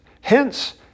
Hence